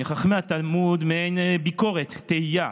מחכמי התלמוד, מעין ביקורת, תהייה.